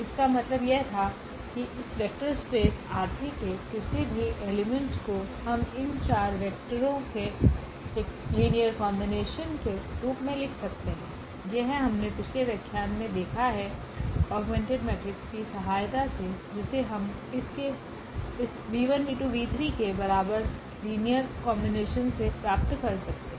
इसका मतलब यह था कि इस वेक्टर स्पेस R3 के किसी भी एलिमेंट को हम इन 4 वेक्टरों के एक लीनियर कोम्बिनेशन के रूप में लिख सकते हैं यह हमने पिछले व्याख्यान में देखा है ऑगमेंटेड मैट्रिक्स की सहायता से जिसे हम इसके बराबर लीनियर कोम्बिनेशन से प्राप्त कर सकते हैं